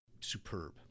superb